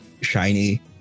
shiny